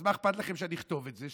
אז מה אכפת לכם שאני אכתוב את זה?